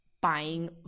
buying